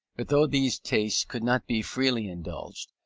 but though these tastes could not be freely indulged,